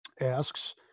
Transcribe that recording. asks